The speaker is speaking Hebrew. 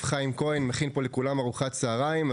חיים כהן מכין פה לכולם ארוחת צוהריים,